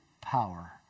power